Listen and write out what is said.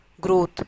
growth